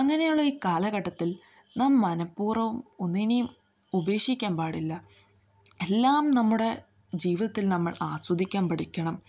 അങ്ങനെയുള്ള ഈ കാലഘട്ടത്തിൽ നാം മനപ്പൂർവം ഒന്നിനെയും ഉപേക്ഷിക്കാൻ പാടില്ല എല്ലാം നമ്മുടെ ജീവിതത്തിൽ നമ്മൾ ആസ്വദിക്കാൻ പഠിക്കണം